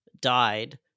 died